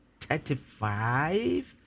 thirty-five